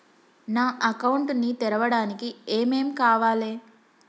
నా అకౌంట్ ని తెరవడానికి ఏం ఏం కావాలే?